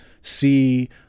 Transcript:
see